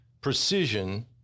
precision